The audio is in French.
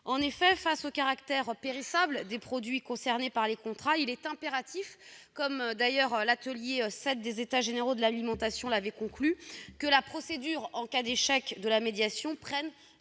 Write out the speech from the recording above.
En effet, face au caractère périssable des produits concernés par les contrats, il est impératif, conformément aux conclusions de l'atelier 7 des États généraux de l'alimentation, que la procédure en cas d'échec de la médiation prenne